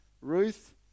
Ruth